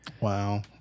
Wow